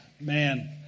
man